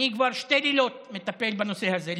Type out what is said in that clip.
אני כבר שני לילות מטפל בנושא הזה.